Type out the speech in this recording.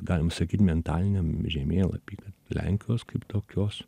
galima sakyt mentaliniam žemėlapy kad lenkijos kaip tokios